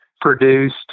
produced